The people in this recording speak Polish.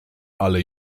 ale